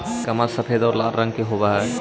कमल सफेद और लाल रंग के हवअ हई